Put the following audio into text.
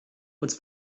uns